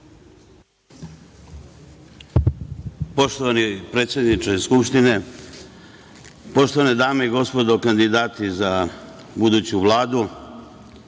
Poštovani predsedniče Skupštine, poštovane dame i gospodo kandidati za buduću Vladu,